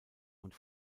und